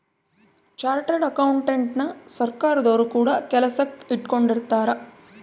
chartered ಅಕೌಂಟೆಂಟನ ಸರ್ಕಾರದೊರು ಕೂಡ ಕೆಲಸಕ್ ಇಟ್ಕೊಂಡಿರುತ್ತಾರೆ